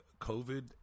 COVID